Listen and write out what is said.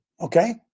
Okay